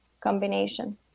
combination